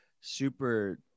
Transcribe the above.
super